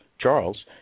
Charles